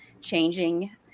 changing